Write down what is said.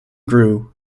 grew